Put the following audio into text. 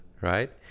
right